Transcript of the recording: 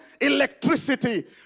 electricity